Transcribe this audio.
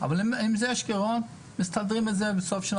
יש גירעונות ומסדרים אותו.